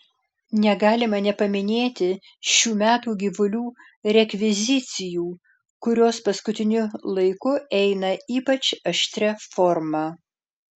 negalima nepaminėti šių metų gyvulių rekvizicijų kurios paskutiniu laiku eina ypač aštria forma